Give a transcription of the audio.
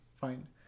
fine